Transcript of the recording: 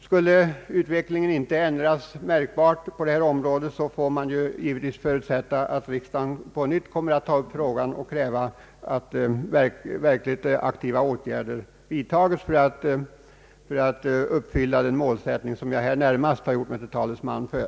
Skulle utvecklingen inte ändras märkbart på detta område, så förutsätter jag att riksdagen på nytt tar upp frågan och kräver verkligt aktiva åtgärder för att uppnå den målsättning som jag närmast har gjort mig till talesman för.